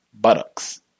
buttocks